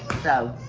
so